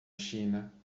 china